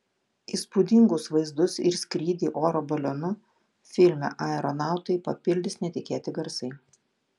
įspūdingus vaizdus ir skrydį oro balionu filme aeronautai papildys netikėti garsai